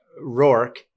Rourke